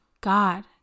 God